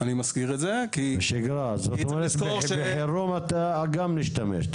זאת אומרת שבחירום אתה גם משתמש.